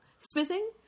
smithing